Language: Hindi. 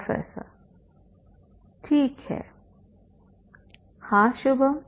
प्रोफेसर ठीक है हाँ शुभम